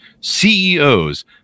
ceos